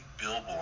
billboard